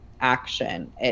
action